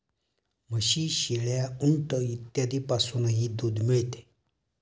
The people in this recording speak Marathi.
म्हशी, शेळ्या, उंट इत्यादींपासूनही दूध मिळते